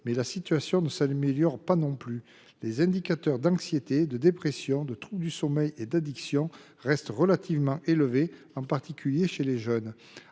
[que] la situation ne s’amélior[ait] pas non plus : les indicateurs d’anxiété, de dépression, de troubles du sommeil et d’addiction restent relativement élevés, en particulier chez les jeunes